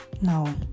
No